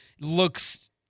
looks